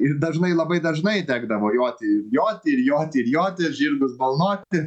ir dažnai labai dažnai tekdavo joti joti ir joti ir joti žirgus balnoti